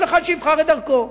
כל אחד שיבחר את דרכו.